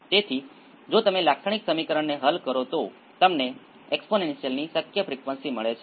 તેથી ચાલો ધારીએ કે આ Q ખૂબ જ વધારે છે ફક્ત Q માટે કેટલાક અહી છે